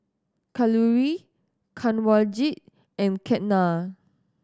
Kalluri Kanwaljit and Ketna